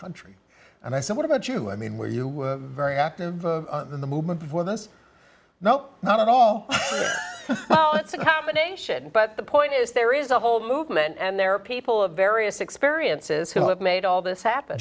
country and i said what about you i mean when you were very active in the movement before this no not at all oh it's a combination but the point is there is a whole movement and there are people of various experiences who have made all this happen